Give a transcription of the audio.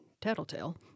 tattletale